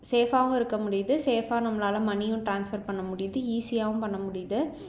சேஃப்பாகவும் இருக்க முடியுது சேஃப்பாக நம்மளால் மனியும் ட்ரான்ஸ்ஃபர் பண்ண முடியுது ஈஸியாகவும் பண்ண முடியுது